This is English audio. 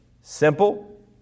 simple